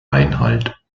einhalt